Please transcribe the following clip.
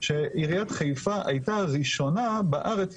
שעיריית חיפה הייתה הראשונה בארץ,